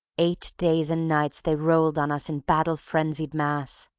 eight days and nights they rolled on us in battle-frenzied mass!